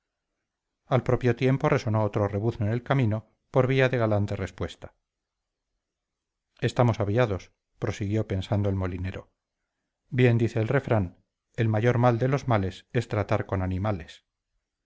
al propio tiempo resonó otro rebuzno en el camino por vía de galante respuesta estamos aviados prosiguió pensando el molinero bien dice el refrán el mayor mal de los males es tratar con animales